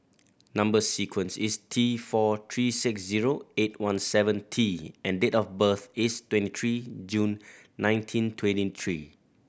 number sequence is T four three six zero eight one seven T and date of birth is twenty three June nineteen twenty three